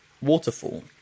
waterfall